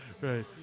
right